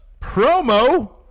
promo